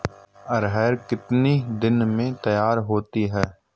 अरहर कितनी दिन में तैयार होती है?